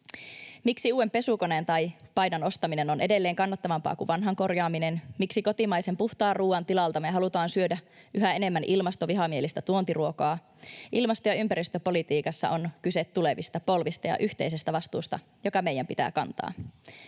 Miksi uuden pesukoneen tai paidan ostaminen on edelleen kannattavampaa kuin vanhan korjaaminen? Miksi kotimaisen puhtaan ruoan tilalta me halutaan syödä yhä enemmän ilmastovihamielistä tuontiruokaa? Ilmasto- ja ympäristöpolitiikassa on kyse tulevista polvista ja yhteisestä vastuusta, joka meidän pitää kantaa.